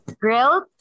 grilled